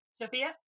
sophia